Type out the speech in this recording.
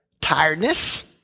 tiredness